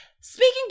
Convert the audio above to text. Speaking